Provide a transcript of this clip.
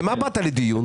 למה באת לדיון?